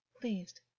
pleased